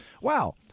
Wow